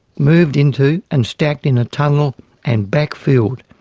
moved into and stacked in a tunnel and backfilled.